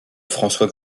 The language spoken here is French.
françois